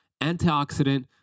antioxidant